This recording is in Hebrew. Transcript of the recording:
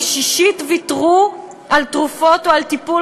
כשישית ויתרו על תרופות או על טיפול